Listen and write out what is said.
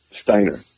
Steiner